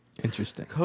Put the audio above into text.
Interesting